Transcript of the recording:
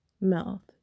Mouth